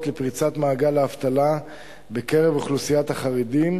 לפריצת מעגל האבטלה בקרב אוכלוסיית החרדים,